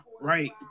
right